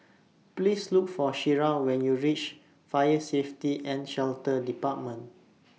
Please Look For Shira when YOU REACH Fire Safety and Shelter department